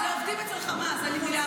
ועדת חקירה.